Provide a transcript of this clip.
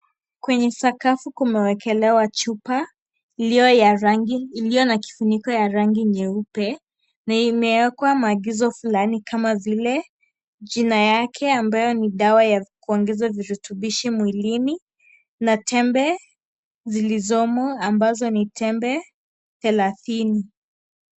Kwenye sakafu kumewekelewa chupa iliyo ya rangi iliyo na kifuniko ya rangi nyeupe na imewekwa maagizo fulani kama vile jina yake ambayo ni dawa ya kuongeza virutubisho mwilini na tembe zilizomo ambazo ni tembe thelathini.